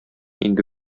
инде